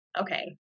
okay